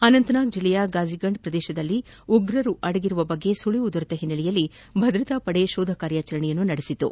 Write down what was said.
ಅನಂತನಾಗ್ ಜಿಲ್ಲೆಯ ಗಾಝೀಗುಂಡ್ ಪ್ರದೇಶದಲ್ಲಿ ಉಗ್ರರು ಅಡಗಿರುವ ಬಗ್ಗೆ ಸುಳವು ದೊರೆತ ಹಿನ್ನೆಲೆಯಲ್ಲಿ ಭದ್ರತಾ ಪಡೆ ಶೋಧ ಕಾರ್ಲಚರಣೆ ನಡೆಸಿತು